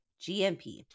GMP